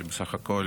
כי בסך הכול